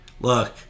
Look